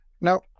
Now